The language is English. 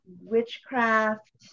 witchcraft